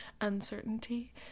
uncertainty